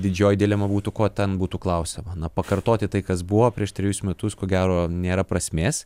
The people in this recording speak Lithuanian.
didžioji dilema būtų ko ten būtų klausiama na pakartoti tai kas buvo prieš trejus metus ko gero nėra prasmės